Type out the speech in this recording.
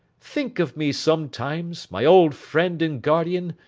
think of me sometimes, my old friend and guardian,